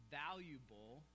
valuable